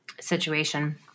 situation